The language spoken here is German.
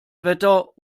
wetter